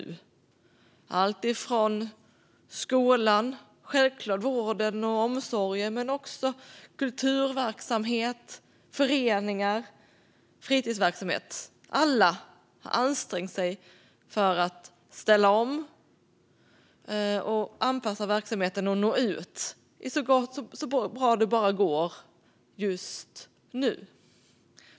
Det är alltifrån skolan och självklart vården och omsorgen till kulturverksamhet, föreningar och fritidsverksamhet. Alla har ansträngt sig för att ställa om och anpassa verksamheten och nå ut så bra det bara går just nu.